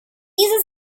this